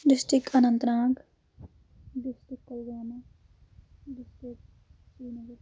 district Anantnag district Pulwama district Srinagar